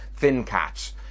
ThinCats